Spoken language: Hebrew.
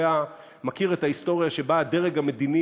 יודע ומכיר את ההיסטוריה שבה הדרג המדיני